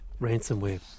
ransomware